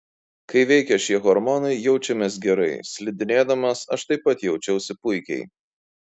kai veikia šie hormonai jaučiamės gerai slidinėdamas aš taip pat jaučiausi puikiai